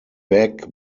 back